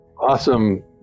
Awesome